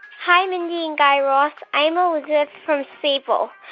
hi, mindy and guy raz. i'm elizabeth from sable.